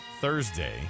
Thursday